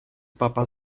papa